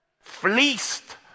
fleeced